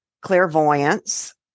clairvoyance